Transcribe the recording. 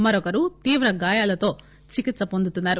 మరొకరు తీవ్ర గాయాలతో చికిత్స పొందుతున్నారు